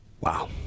Wow